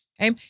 Okay